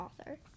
author